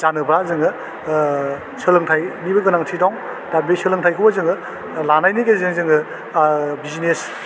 जानोबा जोङो ओह सोलोंथाइनिबो गोनांथि दं दा बे सोलोंथाइखौ जोङो ओह लानायनि गेजेरजों जोङो ओह बिजनेस